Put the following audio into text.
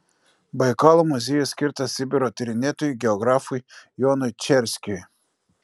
baikalo muziejus skirtas sibiro tyrinėtojui geografui jonui čerskiui